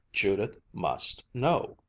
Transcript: judith must know!